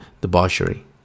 debauchery